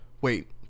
wait